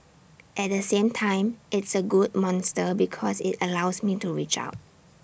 at the same time it's A good monster because IT allows me to reach out